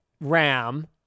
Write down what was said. RAM